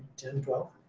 ten, twelve?